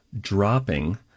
dropping